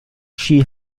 chi